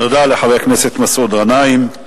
תודה לחבר הכנסת מסעוד גנאים,